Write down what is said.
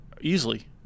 Easily